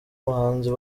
muhanzi